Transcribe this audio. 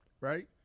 right